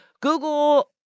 Google